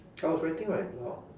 I was writing my blog